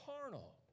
carnal